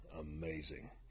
amazing